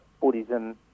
Buddhism